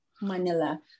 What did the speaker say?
Manila